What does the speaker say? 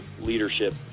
leadership